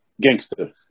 gangster